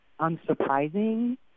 unsurprising